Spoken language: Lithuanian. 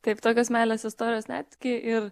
kaip tokios meilės istorijos netgi ir